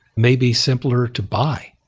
maybe simpler to buy.